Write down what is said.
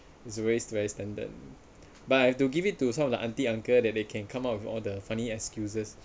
it's the ways very standard but I have to give it to some of the auntie uncle that they can come up with all the funny excuses